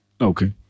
okay